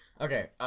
Okay